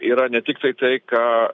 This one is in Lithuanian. yra ne tiktai tai ką